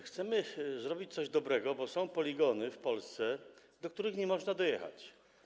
Chcemy zrobić coś dobrego, bo są poligony w Polsce, do których nie można dojechać.